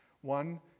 One